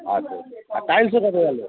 আচ্ছা আচ্ছা আর টাইলসে কতো গেলো